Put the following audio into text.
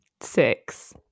six